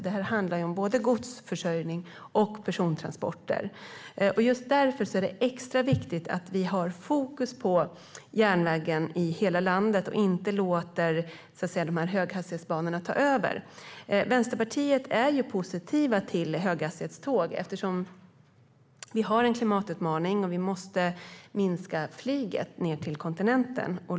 Det handlar om både godsförsörjning och persontransporter, och just därför är det extra viktigt att vi har fokus på järnvägen i hela landet och inte låter höghastighetsbanorna ta över. Vänsterpartiet är positivt till höghastighetståg eftersom vi har en klimatutmaning och måste minska flyget ned till kontinenten.